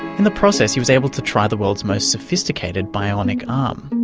in the process, he was able to try the world's most sophisticated bionic um